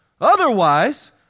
Otherwise